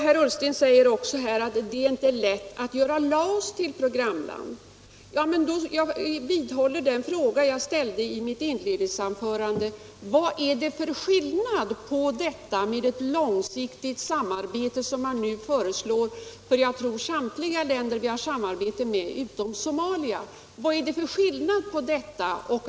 Han säger också att det inte är lätt att göra Laos till programland. Jag upprepar den fråga jag ställde i mitt inledningsanförande: Vad är det för skillnad mellan ett långsiktigt samarbete, som man nu föreslår för jag tror samtliga länder som vi har ett samarbete med utom Somalia, och att ett land är programland?